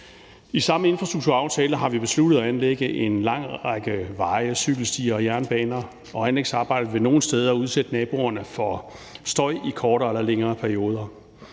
I samme infrastrukturaftale har vi besluttet at anlægge en lang række veje, cykelstier og jernbaner, og anlægsarbejdet vil nogle steder udsætte naboerne for støj i kortere eller længere perioder.